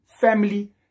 family